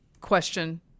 question